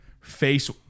Face